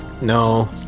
No